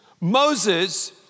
Moses